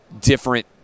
different